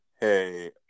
Hey